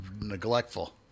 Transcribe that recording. neglectful